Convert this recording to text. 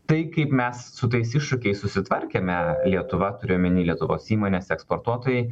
tai kaip mes su tais iššūkiais susitvarkėme lietuva turiu omeny lietuvos įmonės eksportuotojai